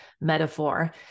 metaphor